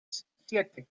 siete